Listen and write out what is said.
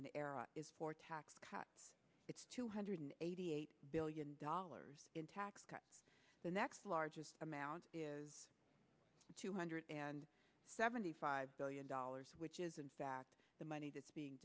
in the air is for tax cuts it's two hundred eighty eight billion dollars in tax cuts the next largest amount is two hundred seventy five billion dollars which is in fact the money that's being